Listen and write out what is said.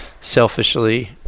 selfishly